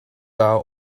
out